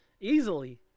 Easily